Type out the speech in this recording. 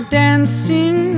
dancing